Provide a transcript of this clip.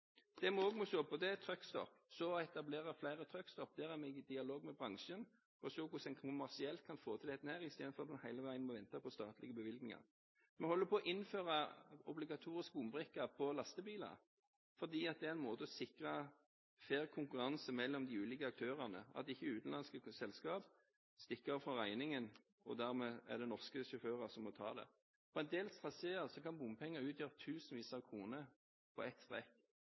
må også se på truckstop. Vi må etablere flere truckstop. Der er vi i dialog med bransjen for å se hvordan man kommersielt kan få til dette, i stedet for at man hele tiden må vente på statlige bevilgninger. Vi holder på med å innføre obligatorisk bombrikke på lastebiler, for det er en måte å sikre fair konkurranse mellom de ulike aktørene på, at utenlandske selskap ikke stikker av fra regningen, slik at norske sjåfører dermed må ta den. På en del traséer kan bompenger utgjøre tusenvis av kroner på ett